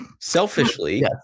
selfishly